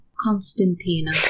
Constantina